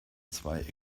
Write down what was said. zwei